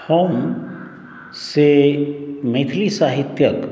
हम से मैथिली साहित्यक